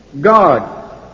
God